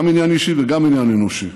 גם עניין אישי וגם עניין אנושי.